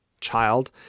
child